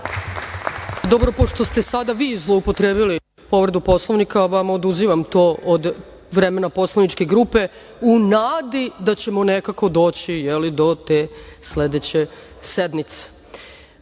Dobro, pošto ste sada vi zloupotrebili povredu Poslovnika, vama oduzimam to od vremena poslaničke grupe u nadi da ćemo nekako doći, jeli do te sledeće sednice. Žao